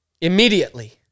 immediately